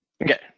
Okay